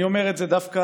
אני אומר את זה דווקא,